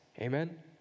Amen